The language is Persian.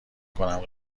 کنم